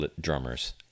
drummers